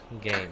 game